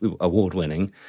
award-winning